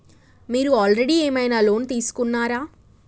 మీరు ఆల్రెడీ ఏమైనా లోన్ తీసుకున్నారా?